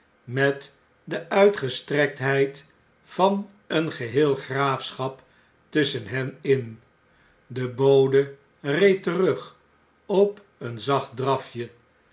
met de uitgestrektheid van een geheel graafschap tusschen hen in de bode reed terug op een zacht drafje